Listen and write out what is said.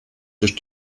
durch